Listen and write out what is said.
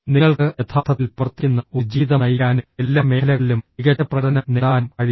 നിങ്ങൾക്ക് യഥാർത്ഥത്തിൽ പ്രവർത്തിക്കുന്ന ഒരു ജീവിതം നയിക്കാനും എല്ലാ മേഖലകളിലും മികച്ച പ്രകടനം നേടാനും കഴിയും